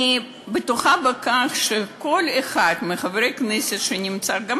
אני בטוחה שכל אחד מחברי הכנסת שנמצאים כאן,